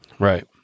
Right